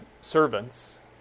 servants